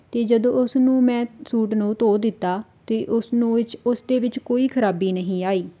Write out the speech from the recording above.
ਅਤੇ ਜਦੋਂ ਉਸਨੂੰ ਮੈਂ ਸੂਟ ਨੂੰ ਧੋ ਦਿੱਤਾ ਤਾਂ ਉਸਨੂੰ ਵਿੱਚ ਉਸਦੇ ਵਿੱਚ ਕੋਈ ਖਰਾਬੀ ਨਹੀਂ ਆਈ